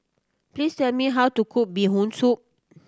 please tell me how to cook Bee Hoon Soup